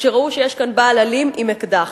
כשראו שיש כאן בעל אלים עם אקדח.